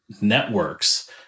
networks